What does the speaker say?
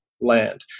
land